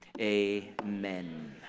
amen